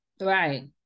Right